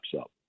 up